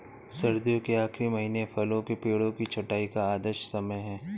सर्दियों के आखिरी महीने फलों के पेड़ों की छंटाई का आदर्श समय है